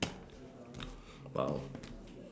!wow!